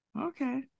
okay